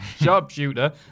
sharpshooter